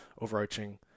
overarching